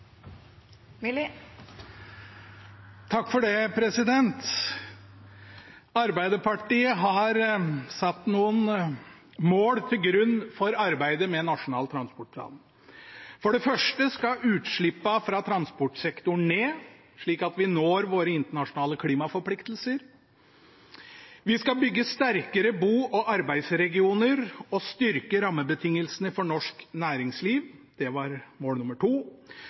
Arbeiderpartiet har lagt noen mål til grunn for arbeidet med Nasjonal transportplan. For det første skal utslippene fra transportsektoren ned, slik at vi når våre internasjonale klimaforpliktelser. Vi skal bygge sterkere bo- og arbeidsregioner og styrke rammebetingelsene for norsk næringsliv. Det var mål nummer to.